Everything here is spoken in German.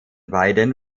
beiden